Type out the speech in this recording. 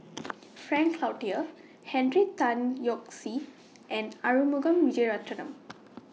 Frank Cloutier Henry Tan Yoke See and Arumugam Vijiaratnam